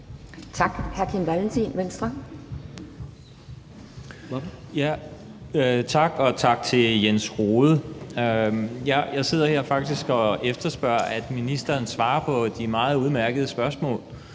Kl. 12:05 Kim Valentin (V): Tak, og tak til Jens Rohde. Jeg sidder faktisk her og efterspørger, at ministeren svarer på de meget udmærkede spørgsmål.